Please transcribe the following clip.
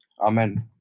Amen